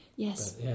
Yes